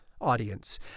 audience